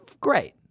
Great